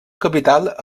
capital